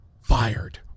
Fired